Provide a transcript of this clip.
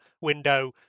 window